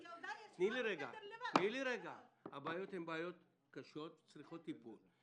--- אלה בעיות קשות שמצריכות טיפול.